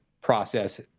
process